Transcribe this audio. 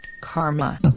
karma